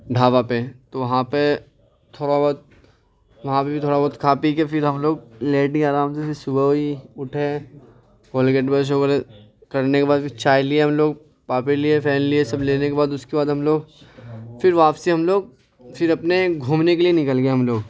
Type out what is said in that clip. ڈھابہ پہ تو وہاں پہ تھوڑا بہت وہاں پہ بھی تھوڑا بہت کھا پی کے پھر ہم لوگ لیٹ گئے آرام سے پھر صبح ہوئی اٹھے کولگیٹ برش وغیرہ کرنے کے بعد پھر چائے لیے ہم لوگ پاپے لیے فین لیے سب لینے کے بعد اس کے بعد ہم لوگ پھر واپسی ہم لوگ پھر اپنے گھومنے کے لیے نکل گئے ہم لوگ